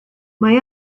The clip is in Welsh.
mae